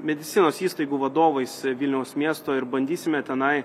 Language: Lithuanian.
medicinos įstaigų vadovais vilniaus miesto ir bandysime tenai